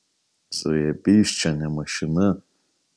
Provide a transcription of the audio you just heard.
zajebys čia ne mašina